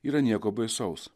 yra nieko baisaus